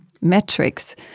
metrics